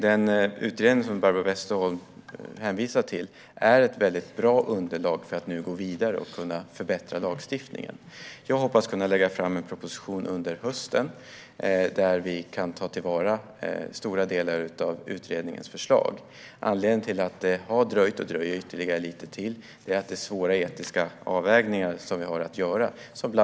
Den utredning Barbro Westerholm hänvisar till utgör ett väldigt bra underlag för att nu gå vidare och kunna förbättra lagstiftningen. Jag hoppas kunna lägga fram en proposition under hösten där vi kan ta till vara stora delar av utredningens förslag. Anledningen till att det har dröjt och dröjer ytterligare lite till är att det är svåra etiska avvägningar som vi har att göra.